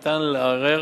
ערר.